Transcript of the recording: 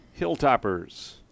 Hilltoppers